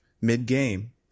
mid-game